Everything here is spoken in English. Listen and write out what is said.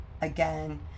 again